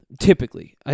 Typically